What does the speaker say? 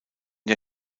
der